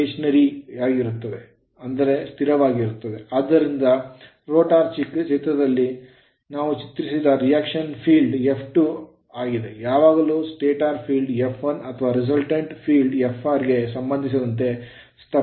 ಆದ್ದರಿಂದ ಅಂದರೆ ರೋಟರ್ ನ ರೇಖಾಚಿತ್ರದಲ್ಲಿ ನಾವು ಚಿತ್ರಿಸಿದ reaction field ಪ್ರತಿಕ್ರಿಯೆ ಕ್ಷೇತ್ರವು F2 ಆಗಿದೆ ಯಾವಾಗಲೂ ಸ್ಟಾಟರ್ ಫೀಲ್ಡ್ F1 ಅಥವಾ resultant field ಫಲಿತಾಂಶದ ಕ್ಷೇತ್ರ Fr ಗೆ ಸಂಬಂಧಿಸಿದಂತೆ ಸ್ತಬ್ಧವಾಗಿದೇ